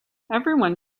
everyone